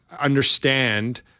understand